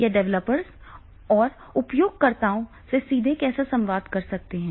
ये डेवलपर्स और उपयोगकर्ताओं से सीधे कैसे संवाद कर सकते हैं